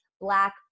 black